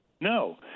No